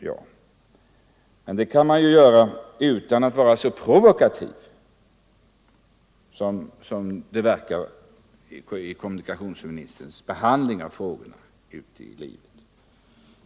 Men den debatten kan ju föras utan att man behöver vara så provokativ som kommunikationsministern verkar vara i sin behandling av frågan.